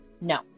No